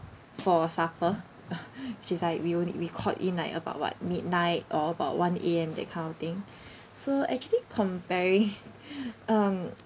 for supper which is like we were we called in like about what midnight or about one A_M that kind of thing so actually comparing um